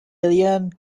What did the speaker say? alien